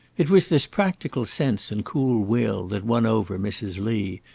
it was this practical sense and cool will that won over mrs. lee,